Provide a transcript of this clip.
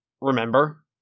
remember